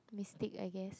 mistake I guess